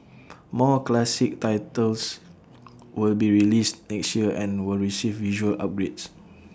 more classic titles will be released next year and will receive visual upgrades